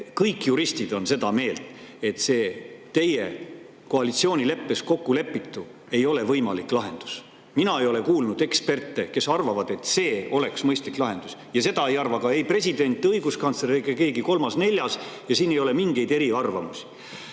kõik juristid on seda meelt, et teie koalitsioonileppes kokkulepitu ei ole võimalik lahendus. Mina ei ole kuulnud ekspertidest, kes arvavad, et see on mõistlik lahendus, seda ei arva ei president, õiguskantsler ega keegi kolmas-neljas. Siin ei ole mingeid eriarvamusi.